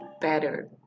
better